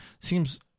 Seems